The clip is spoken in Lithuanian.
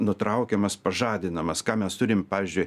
nutraukiamas pažadinamas ką mes turim pavyzdžiui